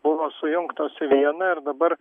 buvo sujungtos į vieną ir dabar